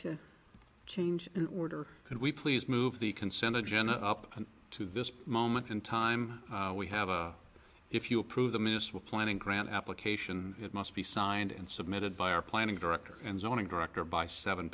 to change in order could we please move the consent agenda up to this moment in time we have a if you approve the municipal planning grant application it must be signed and submitted by our planning director and zoning director by seven